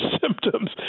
symptoms